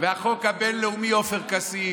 ו"החוק הבין-לאומי", עופר כסיף,